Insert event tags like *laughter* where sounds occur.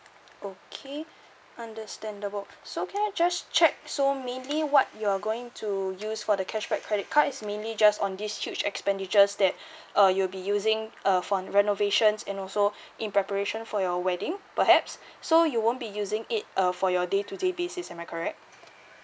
okay *breath* understandable so can I just check so maybe what you're going to use for the cashback credit card is mainly just on this huge expenditures that *breath* uh you'll be using uh for renovations and also *breath* in preparation for your wedding perhaps *breath* so you won't be using it uh for your day to day basis am I correct